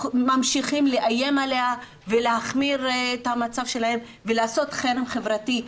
ממשיכים לאיים עליה ולהחמיר את המצב שלהם ולעשות חרם חברתי.